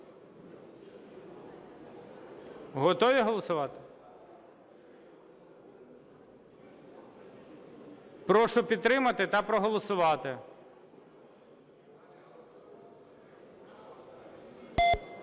Готові голосувати? Прошу підтримати та проголосувати.